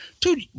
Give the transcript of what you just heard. dude